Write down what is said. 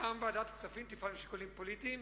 אלא גם ועדת הכספים תפעל משיקולים פוליטיים,